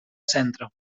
centre